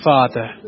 Father